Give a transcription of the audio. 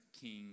king